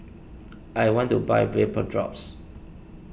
I want to buy Vapodrops